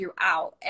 throughout